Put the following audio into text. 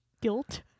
guilt